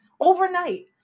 overnight